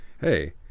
hey